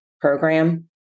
program